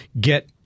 get